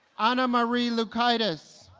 anamarie lukaitis